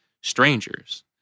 strangers